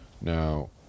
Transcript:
Now